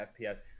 FPS